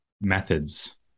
methods